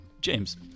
James